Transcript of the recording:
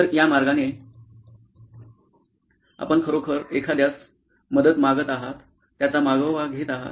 तर या मार्गाने आपण खरोखर एखाद्यास मदत मागत आहात त्याचा मागोवा घेत आहात